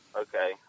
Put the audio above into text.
Okay